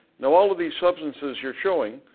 now all of these substances you're showing,